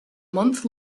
month